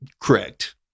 Correct